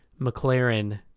McLaren